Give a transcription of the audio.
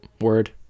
Word